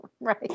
Right